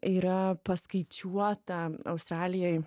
yra paskaičiuota australijoj